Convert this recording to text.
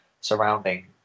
surrounding